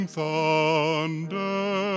thunder